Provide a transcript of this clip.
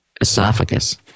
esophagus